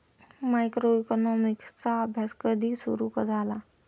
मायक्रोइकॉनॉमिक्सचा अभ्यास कधी सुरु झाला?